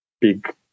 big